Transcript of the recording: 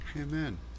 Amen